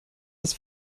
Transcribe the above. das